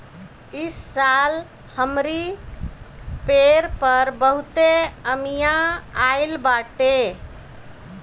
इस साल हमरी पेड़ पर बहुते अमिया आइल बाटे